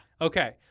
Okay